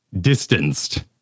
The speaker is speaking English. distanced